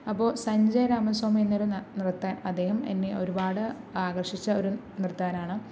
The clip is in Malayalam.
അപ്പോൾ സഞ്ജയ് രാമസ്വാമി എന്നുപറഞ്ഞ ഒരു നിർത്തകൻ അദ്ദേഹം എന്നെ ഒരുപാട് ആകർഷിച്ച ഒരു നിർത്തകനാണ്